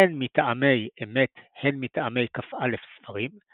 הן מטעמי אמ"ת הן מטעמי כ"א ספרים,